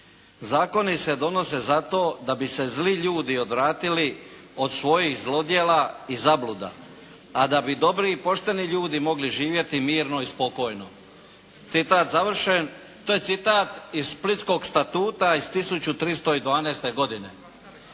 "Zakoni se donose za to da bi se zli ljudi odvratili od svojih zlodjela i zabluda, a dobri i pošteni ljudi mogli živjeti mirno i spokojno.", citat završen. To je citat iz "Splitskog statuta" iz 1312. godine.